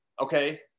Okay